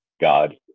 God